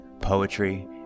poetry